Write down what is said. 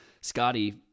Scotty